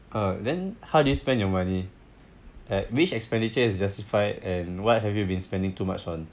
uh then how do you spend your money at which expenditure is justified and what have you been spending too much on